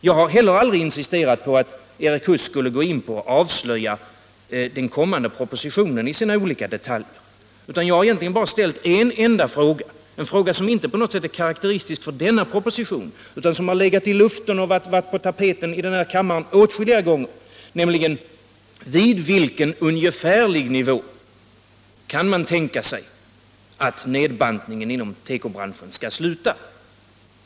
Jag har heller aldrig insisterat på att Erik Huss skulle avslöja den kommande propositionen i dess olika detaljer, utan jag har egentligen ställt en enda fråga — en fråga som inte på något sätt är karakteristisk för denna proposition utan som har legat i luften och varit på tapeten här i kammaren åtskilliga gånger: Vid vilken ungefärlig nivå kan man tänka sig att nedbantningen inom tekobranschen skall sluta?